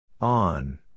On